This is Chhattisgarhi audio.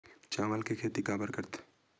चावल के खेती काबर करथे?